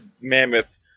mammoth